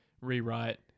rewrite